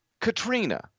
Katrina